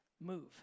move